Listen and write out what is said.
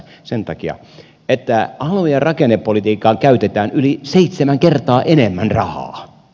sen takia että alue ja rakennepolitiikkaan käytetään yli seitsemän kertaa enemmän rahaa